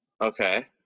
Okay